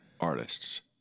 artists